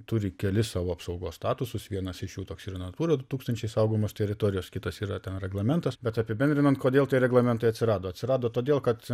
turi kelis savo apsaugos statusus vienas iš jų toks ir natura du tūkstančiai saugomos teritorijos kitas yra ten reglamentas bet apibendrinant kodėl tie reglamentai atsirado atsirado todėl kad